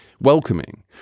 welcoming